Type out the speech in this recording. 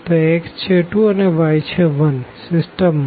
તો x છે 2 અને y છે 1 છે સીસ્ટમ માં